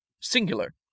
Singular